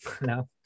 No